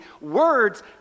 words